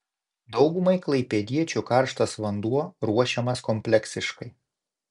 daugumai klaipėdiečių karštas vanduo ruošiamas kompleksiškai